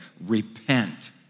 repent